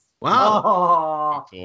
Wow